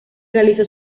realizó